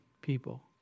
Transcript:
people